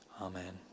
Amen